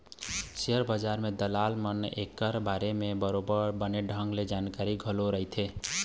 share बजार के दलाल मन ल ऐखर बारे म बरोबर बने ढंग के जानकारी घलोक रहिथे